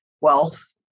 wealth